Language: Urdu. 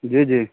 جی جی